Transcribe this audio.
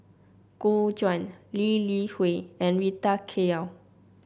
Gu Juan Lee Li Hui and Rita Chao